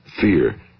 fear